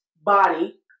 body